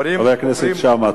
הורים, חבר הכנסת שאמה.